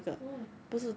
oh